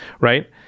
right